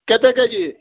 କେତେ K G